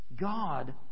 God